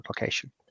location